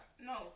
No